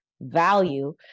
value